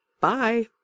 Bye